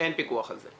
כיום אין פיקוח על זה.